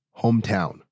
hometown